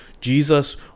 Jesus